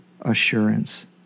assurance